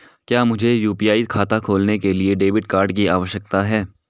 क्या मुझे यू.पी.आई खाता खोलने के लिए डेबिट कार्ड की आवश्यकता है?